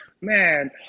Man